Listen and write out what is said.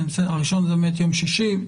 ה-1 זה באמת יום שישי.